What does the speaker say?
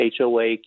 HOA